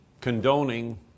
condoning